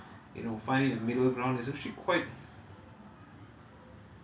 finding a balance and you know finding a middle ground it's actually quite